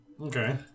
Okay